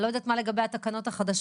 אני לא יודעת מה לגבי התקנות החדשות,